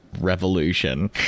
revolution